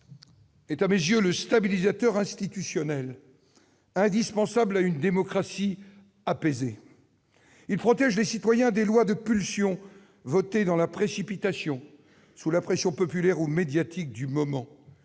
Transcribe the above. est, à mes yeux, le stabilisateur institutionnel indispensable à une démocratie apaisée. Il protège les citoyens des lois de pulsion votées dans la précipitation, sous la pression populaire ou médiatique du moment,